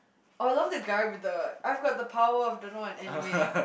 I love the guy with the I've got the power of don't know an anime